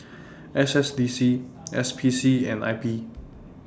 S S D C S P C and I P